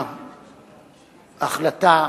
ההחלטה